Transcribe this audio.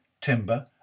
timber